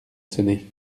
sonné